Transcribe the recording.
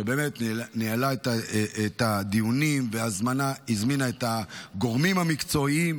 שבאמת ניהלה את הדיונים והזמינה את הגורמים המקצועיים,